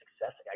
success